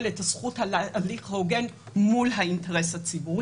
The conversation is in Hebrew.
את הזכות להליך הוגן מול האינטרס הציבורי.